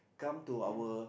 come to our